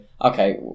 Okay